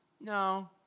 No